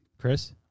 Chris